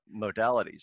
modalities